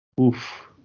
Oof